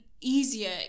easier